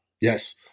Yes